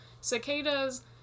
Cicadas